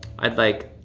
i'd like